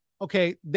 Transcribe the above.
Okay